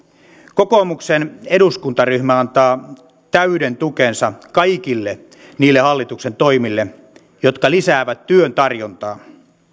kokoomuksen eduskuntaryhmä antaa täyden tukensa kaikille niille hallituksen toimille jotka lisäävät työn tarjontaa